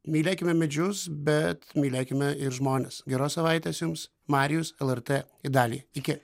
mylėkime medžius bet mylėkime ir žmones geros savaitės jums marijus lrt idalija iki